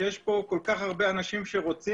שיש פה כל כך הרבה אנשים שרוצים,